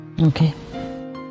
Okay